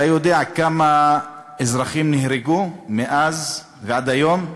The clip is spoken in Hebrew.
אתה יודע כמה אזרחים נהרגו מאז ועד היום?